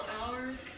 hours